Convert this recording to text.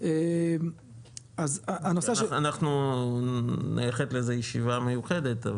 אנחנו נייחד לזה ישיבה מיוחדת,